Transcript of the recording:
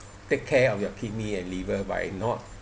take care of your kidney and liver by not